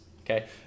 okay